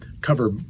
cover